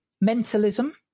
mentalism